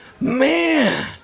Man